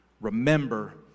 Remember